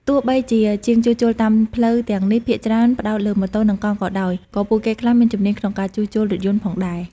ទោះបីជាជាងជួសជុលតាមផ្លូវទាំងនេះភាគច្រើនផ្តោតលើម៉ូតូនិងកង់ក៏ដោយ ក៏ពួកគេខ្លះមានជំនាញក្នុងការជួសជុលរថយន្តផងដែរ។